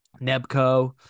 nebco